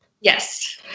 Yes